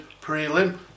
prelim